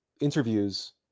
interviews